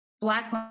Black